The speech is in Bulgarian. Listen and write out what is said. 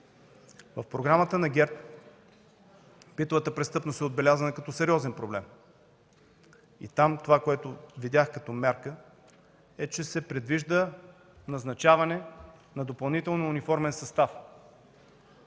В програмата на ГЕРБ битовата престъпност е отбелязана като сериозен проблем. Там това, което видях като мярка, е, че се предвижда назначаване на допълнителен униформен състав.